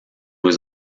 was